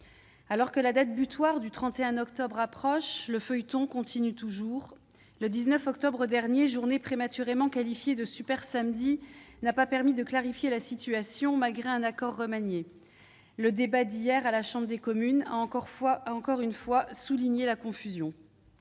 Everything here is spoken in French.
Alors que la date butoir du 31 octobre approche, le feuilleton continue ... Le 19 octobre dernier, journée prématurément qualifiée de « super samedi », n'a pas permis de clarifier la situation malgré un accord remanié. Le débat d'hier à la Chambre des communes a encore une fois souligné la confusion.